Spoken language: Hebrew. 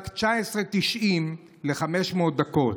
רק 19.90 ל-500 דקות,